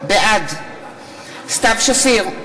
בעד סתיו שפיר,